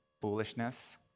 foolishness